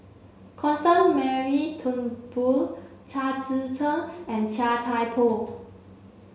Constance Mary Turnbull Chao Tzee Cheng and Chia Thye Poh